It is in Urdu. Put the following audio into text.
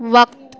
وقت